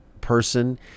person